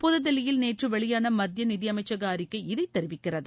புதுதில்லியில் நேற்று வெளியான மத்திய நிதியமைச்சக அறிக்கை இதைத் தெரிவிக்கிறது